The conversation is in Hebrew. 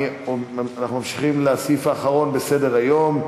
אנחנו ממשיכים לסעיף האחרון בסדר-היום.